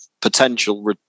potential